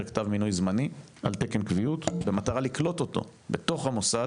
כתב מינוי זמני על תקן קביעות במטרה לקלוט אותו בתוך המוסד,